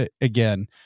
Again